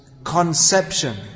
conception